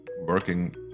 working